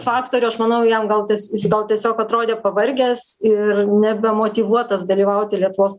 faktorių aš manau jam gal tas gal tiesiog atrodė pavargęs ir nebemotyvuotas dalyvauti lietuvos